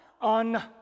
On